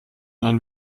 einen